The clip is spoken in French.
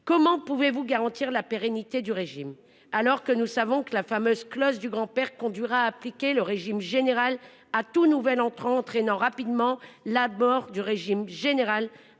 Comment pouvez-vous garantir la pérennité du régime, alors que nous savons que la fameuse clause du grand-père conduira à appliquer le régime général à tout nouvel entrant, avec par conséquent de moins en